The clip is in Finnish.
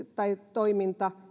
toiminta